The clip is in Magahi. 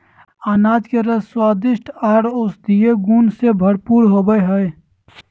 अनार के रस स्वादिष्ट आर औषधीय गुण से भरपूर होवई हई